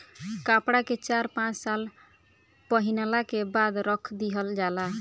कपड़ा के चार पाँच साल पहिनला के बाद रख दिहल जाला